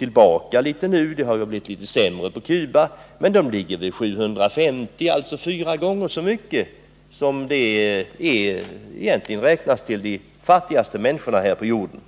Cuba har fått litet sämre förhållanden under senare år men ligger i alla fall vid 750 dollar per capita, dvs. fyra gånger mer än per capita-inkomsten bland de fattigaste på jorden.